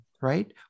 right